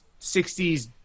60s